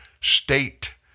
state